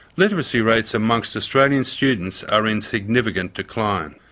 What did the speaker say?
literacy rates amongst australian students are in significant decline.